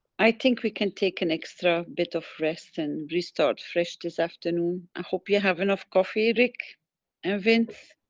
i think we can take an extra bit of rest, and restart fresh this afternoon. i hope you have enough coffee rick, and vince?